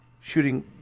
Shooting